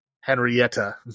Henrietta